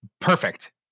perfect